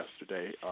yesterday